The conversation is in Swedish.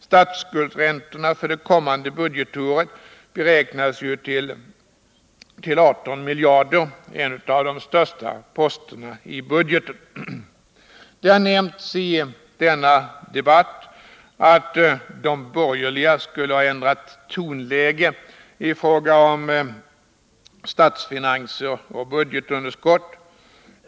Statsskuldräntorna för det kommande budgetåret beräknas till 18 miljarder kronor, en av de största posterna i budgeten. Det har nämnts i denna debatt att de borgerliga skulle ha ändrat tonläge i fråga om statsfinanser och budgetunderskott.